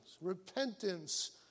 Repentance